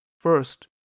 First